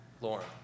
Lauren